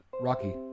rocky